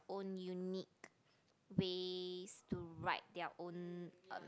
own unique ways to write their own uh